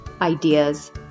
ideas